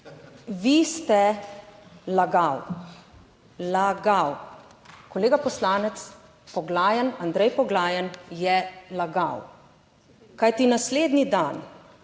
lagal, lagal. Kolega poslanec Poglajen, Andrej Poglajen je lagal, kajti naslednji dan,